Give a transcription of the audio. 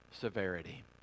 severity